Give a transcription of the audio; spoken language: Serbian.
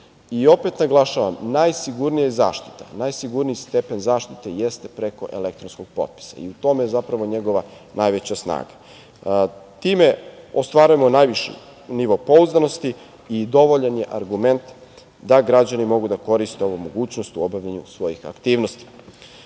mejla. Opet naglašavam – najsigurnija je zaštita. Najsigurniji stepen zaštite jeste preko elektronskog potpisa i u tome je zapravo njegova najveća snaga. Time ostvarujemo najviši nivo pouzdanosti i dovoljan je argument da građani mogu da koriste ovu mogućnost u obavljanju svojih aktivnosti.U